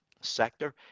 sector